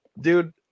dude